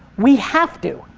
we have to,